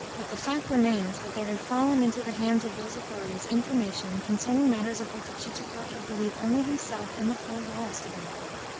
but the fact remains that there had fallen into the hands of those authorities information concerning matters of which chichikov had believed only himself and the four walls to be aware.